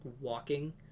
walking